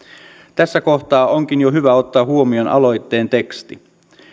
tässä kohtaa onkin jo hyvä ottaa huomioon aloitteen teksti